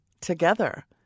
together